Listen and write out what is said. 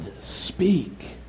speak